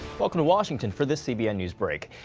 welcome to washington for this cbn newsbreak.